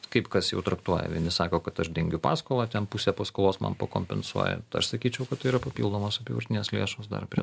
kaip kas jau traktuoja vieni sako kad aš dengiu paskolą ten pusę paskolos man pakompensuoja aš sakyčiau kad tai yra papildomos apyvartinės lėšos dar prie